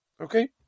Okay